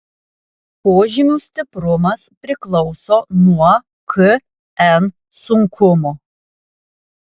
požymių stiprumas priklauso nuo kn sunkumo